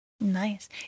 Nice